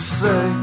say